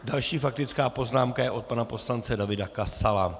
Další faktická poznámka je od pana poslance Davida Kasala.